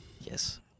Yes